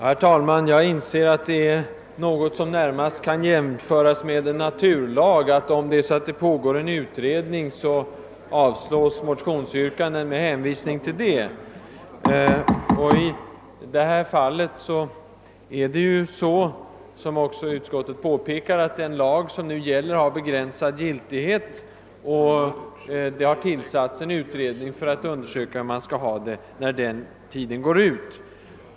Herr talman! Jag inser att det närmast är något som kan jämföras med en naturlag att när en utredning pågår så avslås motionsyrkanden med hänvisning till den. I detta fall är det så — som också utskottet påpekar — att den affärstidslag som nu gäller har begränsad giltighet, och det har tillsatts en utredning för att undersöka hur man skall ha det när tiden går ut.